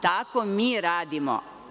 Tako mi radimo.